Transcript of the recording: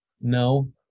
No